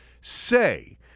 say